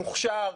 מוכשר,